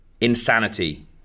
Insanity